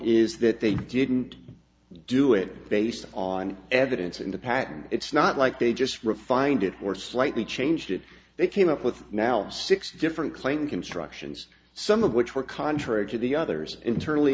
is that they didn't do it based on evidence in the patent it's not like they just refined it were slightly changed it they came up with now six different claim constructions some of which were contrary to the others internally